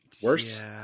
worse